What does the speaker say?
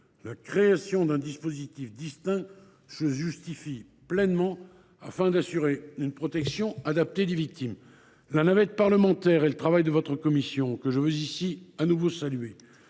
la création d’un dispositif distinct se justifie pleinement, afin d’assurer une protection adaptée des victimes. La navette parlementaire et le travail de votre commission ont permis de renforcer et